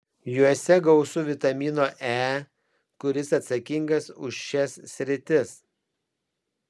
juose gausu vitamino e kuris atsakingas už šias sritis